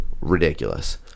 ridiculous